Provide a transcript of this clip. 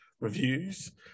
reviews